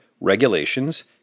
Regulations